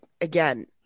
again